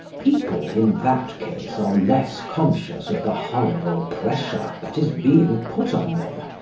people, in that case, are less conscious of the horrible pressure that is being put on them,